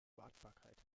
wartbarkeit